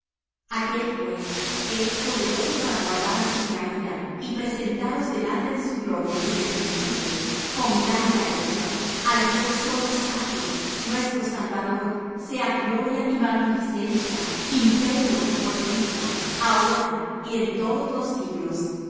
aquel pues que es poderoso para guardaros sin caída y presentaros delante de su gloria irreprensibles con grande alegría al dios solo sabio nuestro salvador sea gloria y magnificencia imperio y potencia ahora y en todos los siglos